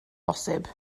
bosib